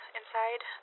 inside